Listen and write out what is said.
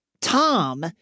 Tom